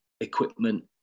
equipment